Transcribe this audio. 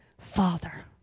Father